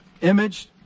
image